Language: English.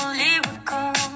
lyrical